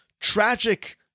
tragic